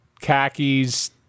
khakis